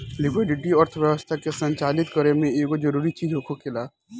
liquidity अर्थव्यवस्था के संचालित करे में एगो जरूरी चीज होखेला